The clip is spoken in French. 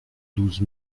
douze